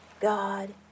God